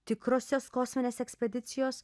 tikrosios kosminės ekspedicijos